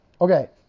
Okay